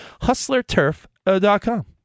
HustlerTurf.com